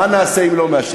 מה נעשה אם לא מעשנים?